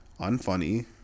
unfunny